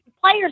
players